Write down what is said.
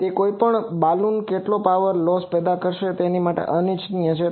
અને કોઈપણ બાલુન કેટલોક પાવર લોસ પેદા કરશે જે અનિચ્છનીય છે